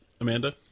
Amanda